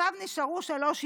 עכשיו נשארו שלוש עיזים,